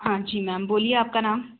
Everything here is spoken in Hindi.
हाँ जी मैम बोलिए आपका नाम